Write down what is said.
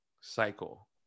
cycle